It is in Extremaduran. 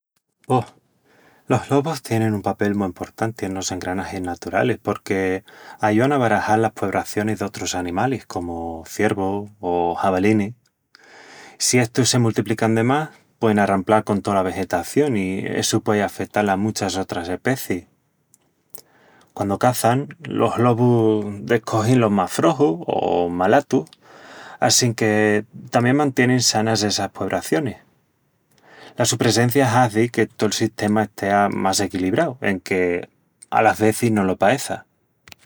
Buh... los lobus tienin un papel mu emportanti enos engranagis naturalis porque ayúan a barajal las puebracionis d'otrus animalis, comu ciervus o javalinis. Si estus se multiplican de más, puein arramplal con tola vegetación i essu puei afetal a muchas otras especiis. Quandu caçan, los lobus descogin los más froxus o malatus, assinque tamién mantienin sanas essas puebracionis. La su presencia hazi que tol sistema estea más equilibrau, enque alas vezis no lo paeça.